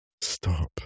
Stop